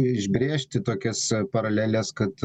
išbrėžti tokias paraleles kad